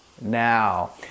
now